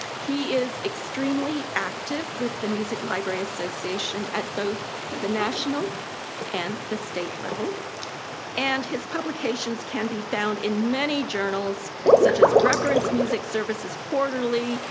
he is extremely active with the music library association at both the national and the state level and his publications can be found in many journals such as reference music services quarterly,